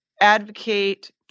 advocate